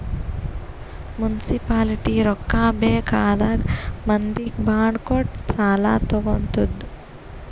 municipality ರೊಕ್ಕಾ ಬೇಕ್ ಆದಾಗ್ ಮಂದಿಗ್ ಬಾಂಡ್ ಕೊಟ್ಟು ಸಾಲಾ ತಗೊತ್ತುದ್